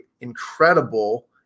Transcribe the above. incredible